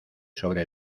sobre